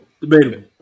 Debatable